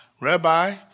Rabbi